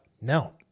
No